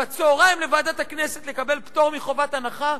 בצהריים לוועדת הכנסת לקבל פטור מחובת הנחה,